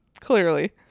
Clearly